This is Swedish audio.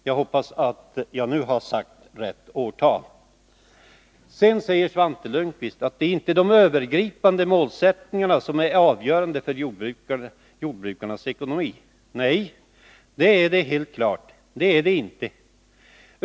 Jag hoppas att jag nu har sagt rätt årtal. Vidare säger Svante Lundkvist att det inte är de övergripande målsättningarna som är avgörande för jordbrukarnas ekonomi. Nej, det är helt klart — det är det inte.